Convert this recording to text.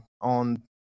on